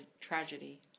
tragedy